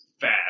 fast